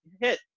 hit